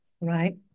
right